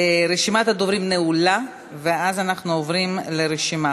רשימת הדוברים נעולה, ואז אנחנו עוברים להצבעה.